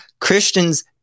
Christians